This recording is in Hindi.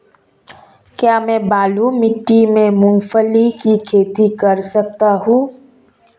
क्या मैं बालू मिट्टी में मूंगफली की खेती कर सकता हूँ?